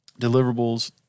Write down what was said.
deliverables